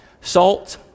Salt